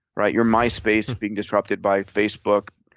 right, your myspace is being disrupted by facebook,